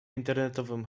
internetowym